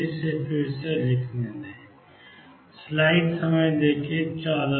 मुझे इसे फिर से लिखने दो